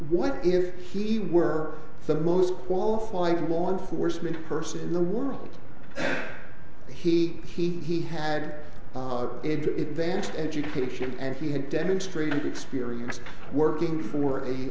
what if he were the most qualified law enforcement person in the world he he had it vanished education and he had demonstrated experience working for a